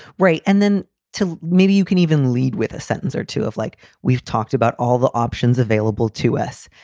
right. and then to maybe you can even lead with a sentence or two of, like we've talked about all the options available to us.